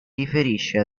riferisce